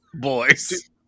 boys